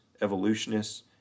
evolutionists